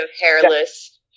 hairless